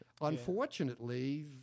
Unfortunately